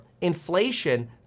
inflation